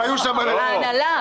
לא, ההנהלה.